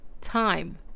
Time